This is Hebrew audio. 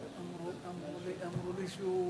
חברי חברי הכנסת,